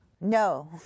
No